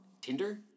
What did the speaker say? Tinder